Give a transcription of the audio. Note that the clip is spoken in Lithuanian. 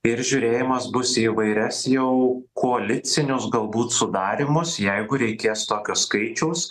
ir žiūrėjimas bus į įvairias jau koalicinius galbūt sudarymus jeigu reikės tokio skaičiaus